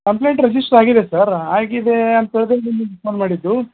complaint register ಆಗಿದೆ sir ಆಗಿದೆ ಅಂತ್ಹೇಳಿ ನಿಮಗ್ ಫೋನ್ ಮಾಡಿದ್ದು